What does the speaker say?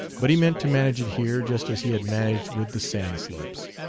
but he meant to manage it here, just as he had managed with the sand-slopes.